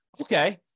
Okay